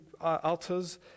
altars